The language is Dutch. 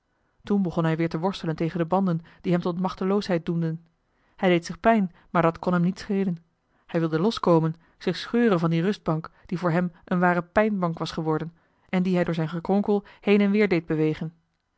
toen begon hij weer te worstelen tegen de banden die hem tot machteloosheid doemden hij deed zich pijn maar dat kon hem niet schelen hij wilde los komen zich scheuren van die rustbank die voor hem een ware pijnbank was geworden en die hij door zijn gekronkel heen en weer deed bewegen